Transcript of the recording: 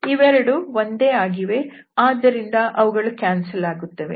ಇವೆರಡು ಒಂದೇ ಆಗಿದೆ ಆದ್ದರಿಂದ ಅವುಗಳು ಕ್ಯಾನ್ಸಲ್ ಆಗುತ್ತವೆ